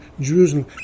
Jerusalem